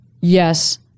Yes